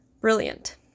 Brilliant